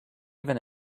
even